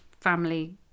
family